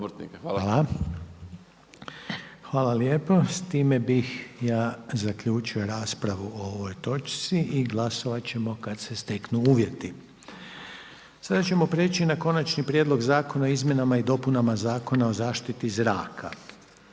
vam lijepo. S time zaključujem raspravu o ovoj točci, a glasovat ćemo kad se steknu uvjeti. **Jandroković, Gordan (HDZ)** Konačni prijedlog zakona o izmjenama i dopunama Zakona o zaštiti zraka,